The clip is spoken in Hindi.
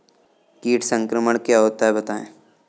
कीट संक्रमण क्या होता है बताएँ?